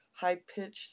high-pitched